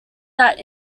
that